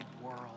world